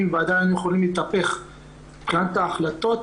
ועדיין יכולים להתהפך מבחינת החלטות,